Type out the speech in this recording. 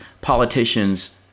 politicians